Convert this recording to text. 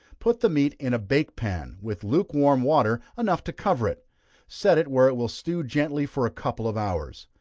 put the meat in a bake-pan, with lukewarm water enough to cover it set it where it will stew gently for a couple of hours,